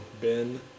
Ben